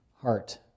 heart